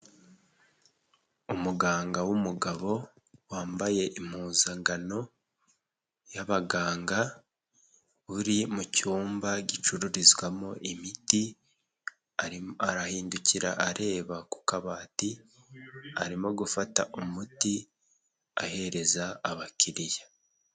Umuganga w'umugabo wambaye impuzangano y'abaganga uri mu cyumba gicururizwamo imiti arahindukira areba ku kabati arimo gufata umuti ahereza abakiliya.